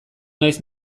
naiz